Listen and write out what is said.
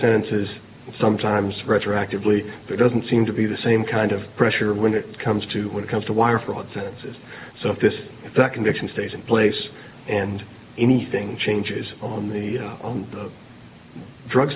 sentences and sometimes retroactively there doesn't seem to be the same kind of pressure when it comes to when it comes to wire fraud sentences so if this if that conviction stays in place and anything changes on the on the drug